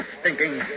Stinking